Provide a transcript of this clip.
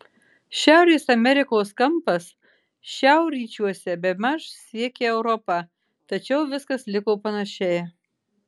šiaurės amerikos kampas šiaurryčiuose bemaž siekė europą tačiau viskas liko panašiai